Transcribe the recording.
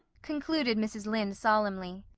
concluded mrs. lynde solemnly,